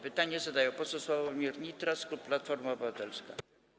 Pytanie zadaje poseł Sławomir Nitras, klub Platforma Obywatelska.